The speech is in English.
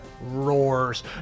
roars